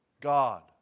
God